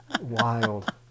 Wild